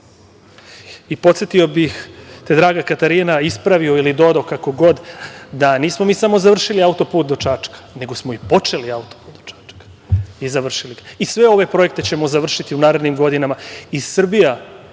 roka. Podsetio bih te, draga Katarina, ispravio, ili dodao, kako god, da nismo mi samo završili auto-put do Čačka, nego smo i počeli auto-put do Čačka i završili ga, i sve ove projekte ćemo završiti u narednim godinama,